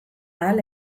hala